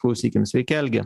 klausykim sveiki algi